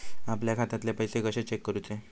आपल्या खात्यातले पैसे कशे चेक करुचे?